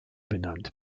benannt